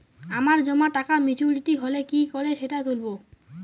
আমার জমা টাকা মেচুউরিটি হলে কি করে সেটা তুলব?